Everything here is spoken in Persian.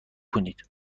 کنید